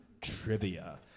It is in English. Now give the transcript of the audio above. trivia